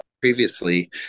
previously